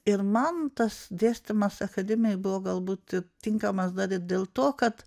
ir man tas dėstymas akademijoj buvo galbūt tinkamas dar ir dėl to kad